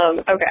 Okay